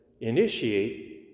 initiate